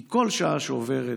כי כל שעה שעוברת,